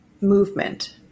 movement